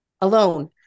alone